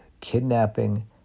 kidnapping